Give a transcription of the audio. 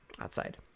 outside